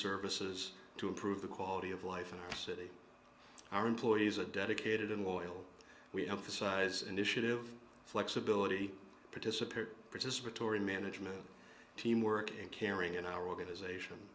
services to improve the quality of life in our city our employees a dedicated and loyal we emphasize initiative flexibility participate participatory management teamwork caring in our organization